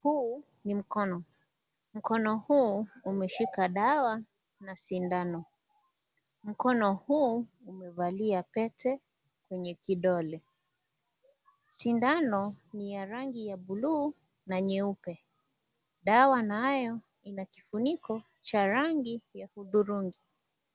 Huu ni mkono, mkono huu umeshika dawa na sindano, mkono huu umevalia pete kwenye kidole. Sindano ni ya rangi ya bluu na nyeupe dawa nayo ina kifuniko cha rangi ya udhurungi.